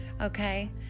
okay